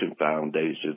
Foundation